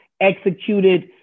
executed